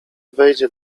wejdzie